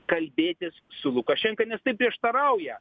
kalbėtis su lukašenka nes tai prieštarauja